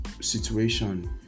situation